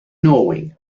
knowing